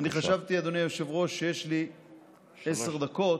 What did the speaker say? חשבתי, אדוני היושב-ראש, שיש לי עשר דקות.